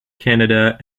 canada